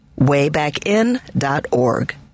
waybackin.org